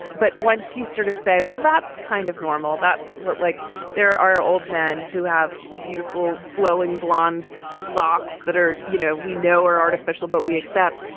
but once you sort of say, well, that's kind of normal, that's what like there are old men who have beautiful flowing blonde locks that are, you know, we know or artificial. but we accept.